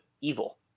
evil